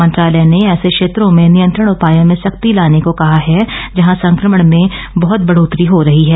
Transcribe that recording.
मंत्रालय ने ऐसे क्षेत्रों में नियंत्रण उपायों में सख्ती लाने को कहा है जहां संक्रमण में बहत बढ़ोतरी हो रही हो